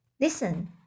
Listen